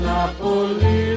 Napoli